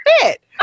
fit